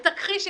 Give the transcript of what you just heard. תכחישי.